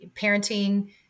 parenting